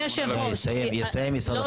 יסיים, יסיים משרד החקלאות.